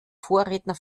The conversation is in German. vorredner